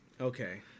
Okay